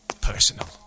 personal